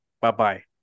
bye-bye